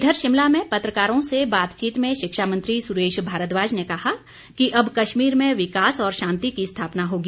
इधर शिमला में पत्रकारों से बातचीत में शिक्षा मंत्री सुरेश भारद्वाज ने कहा कि अब कश्मीर में विकास और शांति की स्थापना होगी